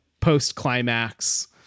post-climax